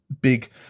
big